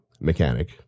mechanic